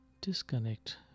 disconnect